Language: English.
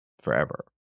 forever